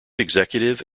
executive